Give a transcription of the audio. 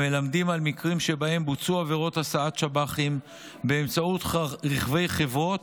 המלמדים על מקרים שבהם בוצעו עבירות הסעת שב"חים באמצעות רכבי חברות,